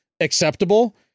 acceptable